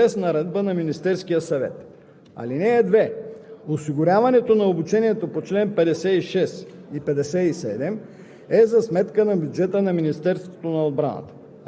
Съдържанието, редът и начинът за провеждането на обучението по чл. 56 и 57 се определят с наредба на Министерския съвет.